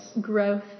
growth